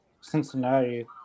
Cincinnati